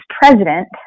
president